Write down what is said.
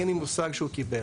אין לי מושג שהוא קיבל.